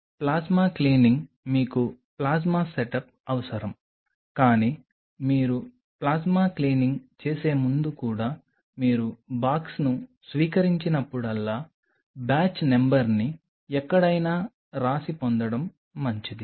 కాబట్టి plasma cleaning మీకు plasma setup అవసరం కానీ మీరు ప్లాస్మా క్లీనింగ్ చేసే ముందు కూడా మీరు బాక్స్ను స్వీకరించినప్పుడల్లా బ్యాచ్ నంబర్ని ఎక్కడైనా వ్రాసి పొందడం మంచిది